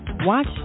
Watch